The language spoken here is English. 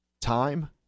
time